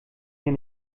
hier